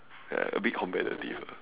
ya a bit competitive ah